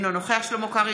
אינו נוכח שלמה קרעי,